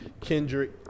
Kendrick